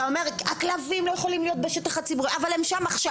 אתה אומר 'הכלבים לא יכולים להיות בשטח הציבורי' אבל הם שם עכשיו.